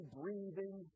breathing